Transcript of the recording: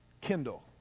Kindle